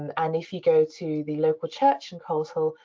and and if you go to the local church in coleshill,